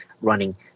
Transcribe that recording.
running